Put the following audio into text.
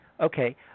Okay